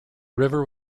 river